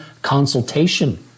consultation